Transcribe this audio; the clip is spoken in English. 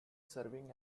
serving